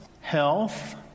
health